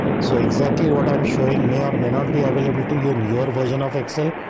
so exactly what i'm showing may or may not be available to you and your version of excel,